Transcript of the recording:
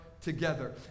together